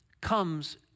comes